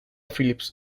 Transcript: phillips